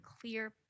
clear